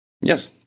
Yes